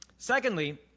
Secondly